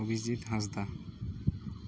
Abhijit Hansdak